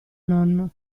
nonno